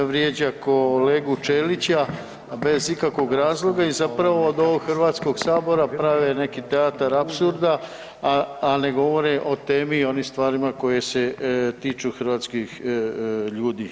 Vrijeđa kolegu Ćelića bez ikakvog razloga i zapravo od ovog Hrvatskoga sabora prave neki teatar apsurda, a ne govore o temi i onim stvarima koje se tiču hrvatskih ljudi.